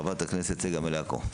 חברת הכנסת צגה מלקו.